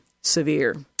severe